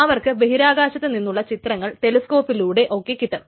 അവർക്ക് ബഹിരാകാശത്ത് നിന്നുള്ള ചിത്രങ്ങൾ ടെലസ്കോപ്പിലൂടെ ഒക്കെ കിട്ടും